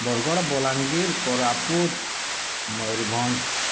Bargarh Balangir Koraput Mayurbhanj